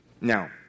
Now